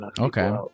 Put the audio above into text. Okay